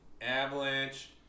Avalanche